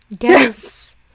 Yes